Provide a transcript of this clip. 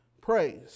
praise